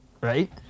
Right